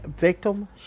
victim